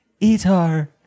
etar